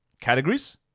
categories